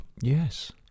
Yes